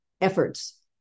efforts